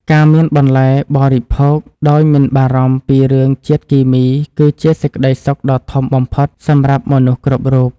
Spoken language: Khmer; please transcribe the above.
ការមានបន្លែបរិភោគដោយមិនបារម្ភពីរឿងជាតិគីមីគឺជាសេចក្តីសុខដ៏ធំបំផុតសម្រាប់មនុស្សគ្រប់រូប។